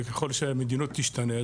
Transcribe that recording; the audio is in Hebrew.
וככל שהמדיניות תשתנה,